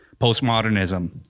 postmodernism